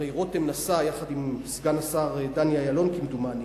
הרי רותם נסע יחד עם סגן השר דני אילון, כמדומני,